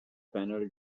panel